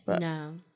No